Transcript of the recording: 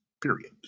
period